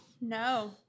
No